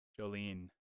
Jolene